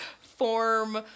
form